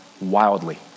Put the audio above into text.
wildly